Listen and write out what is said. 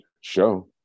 show